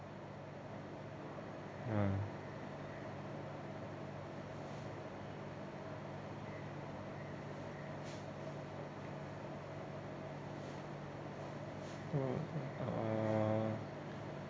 ha mm ah